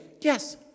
Yes